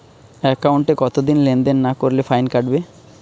একাউন্টে কতদিন লেনদেন না করলে ফাইন কাটবে?